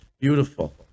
beautiful